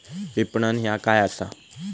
विपणन ह्या काय असा?